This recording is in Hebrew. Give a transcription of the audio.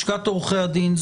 לשכת עורכי הדין.